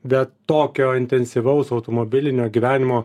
bet tokio intensyvaus automobilinio gyvenimo